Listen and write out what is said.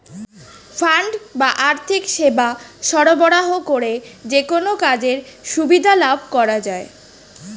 fund বা আর্থিক সেবা সরবরাহ করে যেকোনো কাজের সুবিধা লাভ করা যায়